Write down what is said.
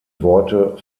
worte